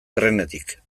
trenetik